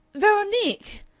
veronique!